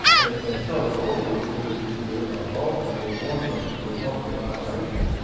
and and charlie norwood who who ultimately won the republican nomination,